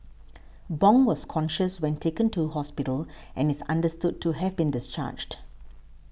bong was conscious when taken to hospital and is understood to have been discharged